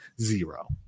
Zero